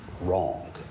wrong